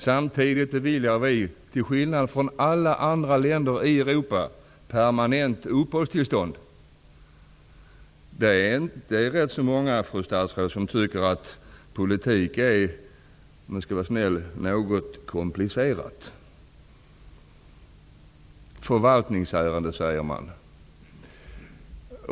Samtidigt beviljar vi, till skillnad från alla andra länder i Europa, permanent uppehållstillstånd. Det är många, fru statsråd, som tycker att politik är något komplicerat, om man skall uttrycka det snällt. Förvaltningsärende, säger man.